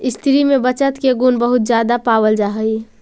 स्त्रि में बचत के गुण बहुत ज्यादा पावल जा हई